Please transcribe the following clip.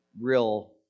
real